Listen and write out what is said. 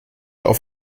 auf